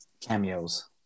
cameos